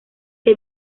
que